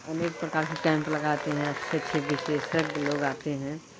अनेक प्रकार की कैंप लगाते हैं अच्छे अच्छे विशेषज्ञ लोग आते हैं